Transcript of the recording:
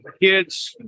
kids